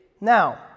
Now